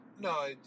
No